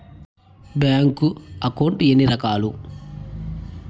bank account ఎన్ని రకాలు